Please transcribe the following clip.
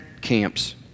camps